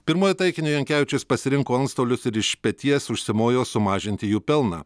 pirmuoju taikiniu jankevičius pasirinko antstolius ir iš peties užsimojo sumažinti jų pelną